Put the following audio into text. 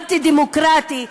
אנטי-דמוקרטי,